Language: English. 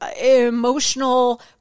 emotional